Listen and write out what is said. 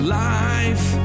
life